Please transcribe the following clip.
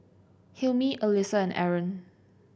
Hilmi Alyssa and Aaron